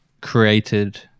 created